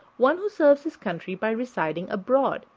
one who serves his country by residing abroad,